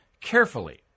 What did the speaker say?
Carefully